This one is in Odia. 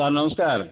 ସାର୍ ନମସ୍କାର